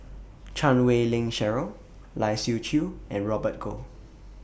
Chan Wei Ling Cheryl Lai Siu Chiu and Robert Goh